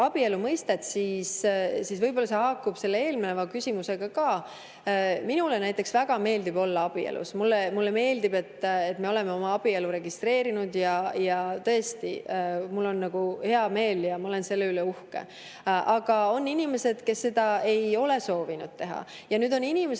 abielu mõistet, võib-olla see haakub ka eelneva küsimusega, siis näiteks minule väga meeldib olla abielus. Mulle meeldib, et me oleme oma abielu registreerinud. Tõesti, mul on hea meel ja ma olen selle üle uhke. Aga on inimesi, kes seda ei ole soovinud teha, ja on inimesi,